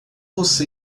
você